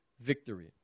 victory